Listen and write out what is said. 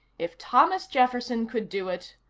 if thomas jefferson could do it,